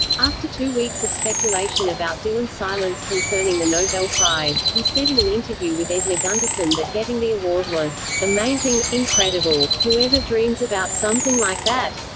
after two weeks of speculation about dylan's silence concerning the nobel prize, he said in an interview with edna gundersen that getting the award was amazing, incredible. whoever dreams about something like that?